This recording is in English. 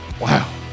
Wow